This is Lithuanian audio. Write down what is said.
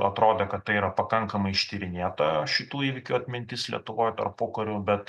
atrodė kad tai yra pakankamai ištyrinėta šitų įvykių atmintis lietuvoj tarpukariu bet